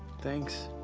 thanks.